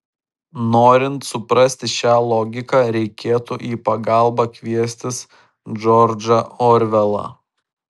norint suprasti šią logiką reikėtų į pagalbą kviestis džordžą orvelą